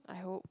I hope